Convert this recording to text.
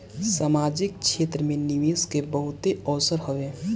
सामाजिक क्षेत्र में निवेश के बहुते अवसर हवे